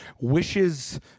wishes